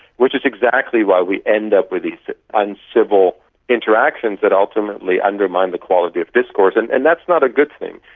which is exactly why we end up with these uncivil interactions that ultimately undermine the quality of discourse. and and that's not a good thing,